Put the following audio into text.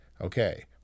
Okay